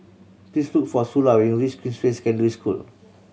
please look for Sula when you reach Queensway Secondary School